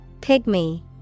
Pygmy